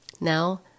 Now